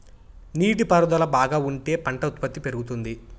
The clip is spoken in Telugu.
నీటి పారుదల బాగా ఉంటే పంట ఉత్పత్తి పెరుగుతుంది